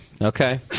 okay